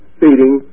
feeding